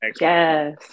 Yes